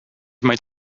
might